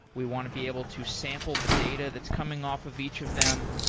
we want to be able to sample the data that's coming off of each of them.